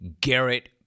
Garrett